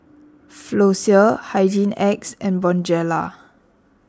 Floxia Hygin X and Bonjela